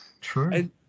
true